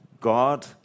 God